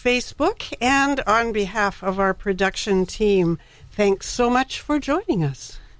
facebook and on behalf of our production team thanks so much for joining us